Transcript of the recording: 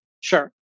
Sure